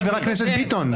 חבר הכנסת ביטון,